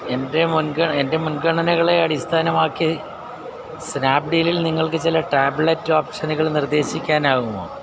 എൻ്റെ മുൻഗണ എൻ്റെ മുൻഗണനകളെ അടിസ്ഥാനമാക്കി സ്നാപ്ഡീലിൽ നിങ്ങൾക്ക് ചില ടാബ്ലറ്റ് ഓപ്ഷനുകൾ നിർദ്ദേശിക്കാനാകുമോ